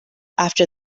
after